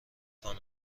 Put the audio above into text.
کنن